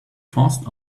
forced